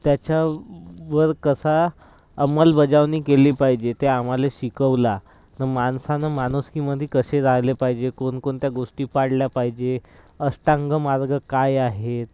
त्याच्यावर कसा अंमलबजावणी केली पाहिजे ते आम्हाला शिकवलं माणसानं माणुसकीमध्ये कसे राहिले पाहिजे कोणकोणत्या गोष्टी पाळल्या पाहिजे अष्टांग मार्ग काय आहेत